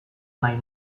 nahi